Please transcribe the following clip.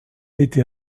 été